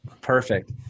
Perfect